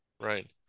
right